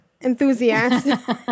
enthusiast